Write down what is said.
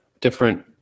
different